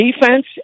defense